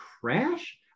crash